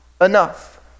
enough